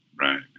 Right